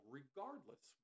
regardless